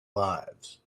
lives